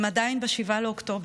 הם עדיין ב-7 באוקטובר,